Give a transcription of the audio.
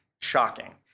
Shocking